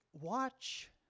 watch